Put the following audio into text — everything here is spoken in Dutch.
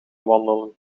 wandelen